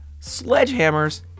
sledgehammers